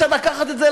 ישר לקחת את זה,